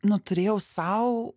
nu turėjau sau